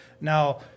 Now